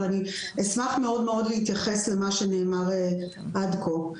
אבל אני אשמח מאוד מאוד להתייחס למה שנאמר עד כה.